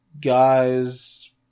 guys